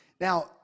Now